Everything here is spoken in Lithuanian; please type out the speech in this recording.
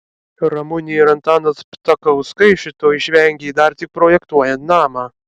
ramunė ir antanas ptakauskai šito išvengė dar tik projektuojant namą